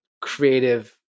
creative